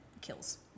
kills